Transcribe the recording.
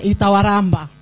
Itawaramba